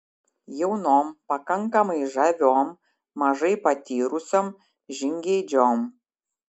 jaunom pakankamai žaviom mažai patyrusiom žingeidžiom